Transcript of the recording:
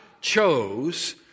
chose